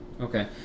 okay